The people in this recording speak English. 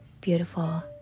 Beautiful